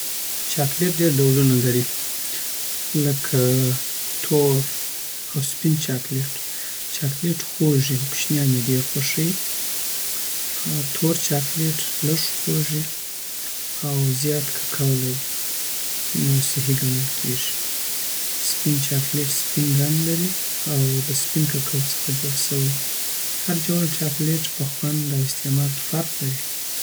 چاکلیټ ډیری ډولونه لري، لکه تور او سپین چاکلیټ. چاکلیټ خوږ وي او کوشنیان یی ډير خوښووی. تور چاکلیټ لږ خوږ او زیات کاکاو لري، نو صحي ګڼل کېږي. سپین چاکلیټ سپین رنګ لري او له سپین کاکاو څخه جوړ سوی وي. هر ډول چاکلیټ په خوند او استعمال کې فرق لري.